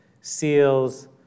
seals